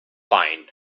fine